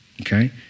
Okay